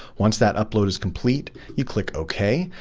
once that upload is complete, you click ok.